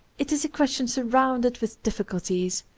it is a question surrounded with difficulties,